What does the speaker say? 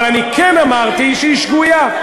אבל אני כן אמרתי שהיא שגויה.